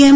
એમ